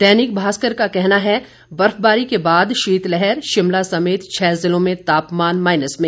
दैनिक भास्कर का कहना है बर्फबारी के बाद शीतलहर शिमला समेत छह जिलों में तापमान माइनस में